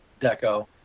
deco